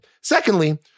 Secondly